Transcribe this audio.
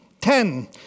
Ten